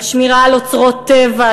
על שמירה על אוצרות טבע,